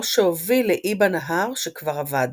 או שהוביל לאי בנהר שכבר אבד.